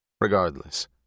Regardless